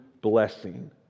blessing